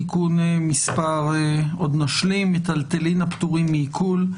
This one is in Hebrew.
(תיקון מס'...)(מיטלטלין הפטורים מעיקול),